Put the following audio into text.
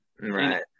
right